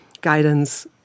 guidance